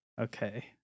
okay